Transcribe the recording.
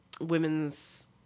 women's